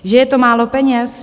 Že je to málo peněz?